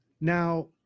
Now